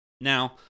Now